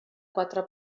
quatre